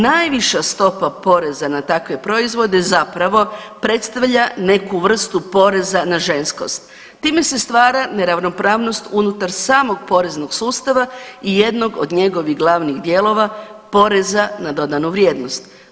Najviša stopa poreza na takve proizvode zapravo predstavlja neku vrstu poreza na ženskost, time se stvara neravnopravnost unutar samog poreznog sustava i jednog od njegovih glavnih dijelova poreza na dodanu vrijednost.